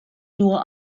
nur